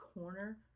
corner